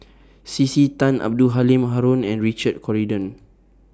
C C Tan Abdul Halim Haron and Richard Corridon